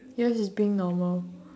yours is being normal